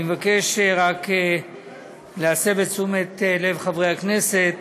אני מבקש רק להסב את תשומת לב חברי הכנסת: